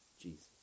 Jesus